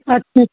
अच्छा अछ्